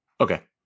Okay